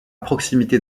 proximité